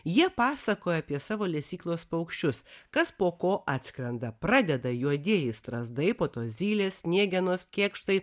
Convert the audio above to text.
jie pasakoja apie savo lesyklos paukščius kas po ko atskrenda pradeda juodieji strazdai po to zylės sniegenos kėkštai